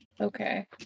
Okay